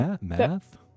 math